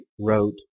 wrote